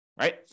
right